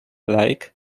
lake